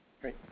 Great